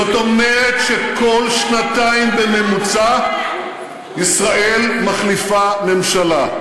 זאת אומרת שכל שנתיים בממוצע ישראל מחליפה ממשלה,